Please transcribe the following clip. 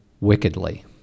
wickedly